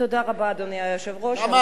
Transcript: תודה רבה, אדוני היושב-ראש.